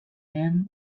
men